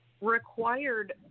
required